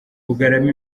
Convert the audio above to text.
bugarama